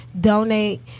donate